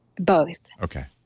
both okay.